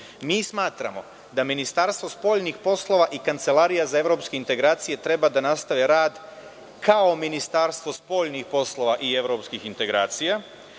smatramo da Ministarstvo spoljnih poslova i Kancelarija za evropske integracije treba da nastave rad kao Ministarstvo spoljnih poslova i evropskih integracija.